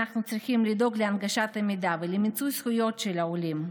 אנחנו צריכים לדאוג להנגשת המידע ולמיצוי זכויות של העולים,